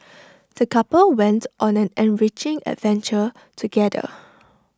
the couple went on an enriching adventure together